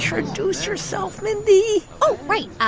introduce yourself, mindy? oh, right.